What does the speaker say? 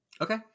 okay